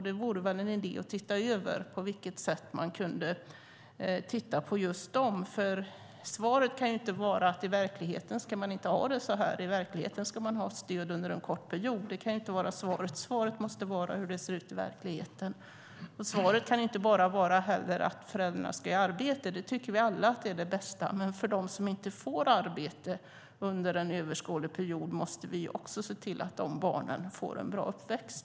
Det vore väl en idé att se över detta, för svaret kan inte vara: I verkligheten ska man inte ha det så här, för i verkligheten ska man ha stöd under en kort period. Rätt svar måste vara hur det ser ut i verkligheten. Svaret kan inte heller bara vara att föräldrarna ska i arbete. Vi tycker alla att det är det bästa, men när det gäller de familjer där de vuxna inte får arbete under en överskådlig period måste vi se till att barnen får en bra uppväxt.